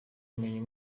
kumenya